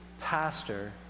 pastor